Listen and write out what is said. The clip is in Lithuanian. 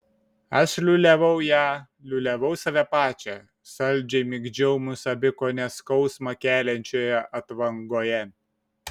aš liūliavau ją liūliavau save pačią saldžiai migdžiau mus abi kone skausmą keliančioje atvangoje